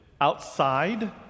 outside